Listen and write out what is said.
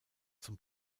zum